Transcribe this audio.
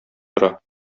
тора